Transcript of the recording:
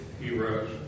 heroes